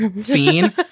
scene